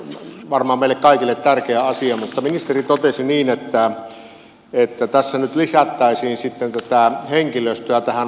se on varmaan meille kaikille tärkeä asia mutta ministeri totesi niin että tässä nyt lisättäisiin sitten tätä henkilöstöä tähän valvontaan